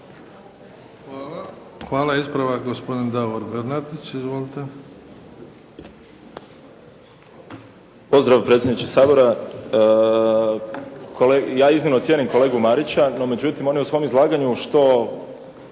Hvala. Ispravak gospodin Davor Bernardić. Izvolite. **Bernardić, Davor (SDP)** Pozdrav predsjedniče Sabora. Ja iznimno cijenim kolegu Marića, no međutim on je u svom izlaganju što